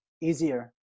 easier